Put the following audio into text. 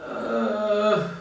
err